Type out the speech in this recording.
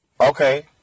Okay